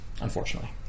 unfortunately